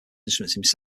instruments